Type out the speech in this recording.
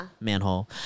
Manhole